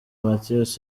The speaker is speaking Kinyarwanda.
mathias